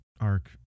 arc